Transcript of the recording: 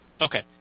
Okay